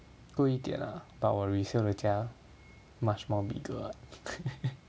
贵一点 lah but 我 resale 的家 much more bigger